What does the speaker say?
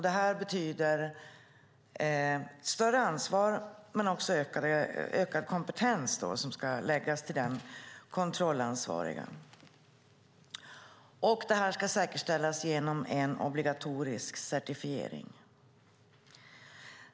Det betyder större ansvar men också ökad kompetens som ska läggas till den kontrollansvariga. Det här ska säkerställas genom en obligatorisk certifiering.